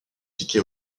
piqué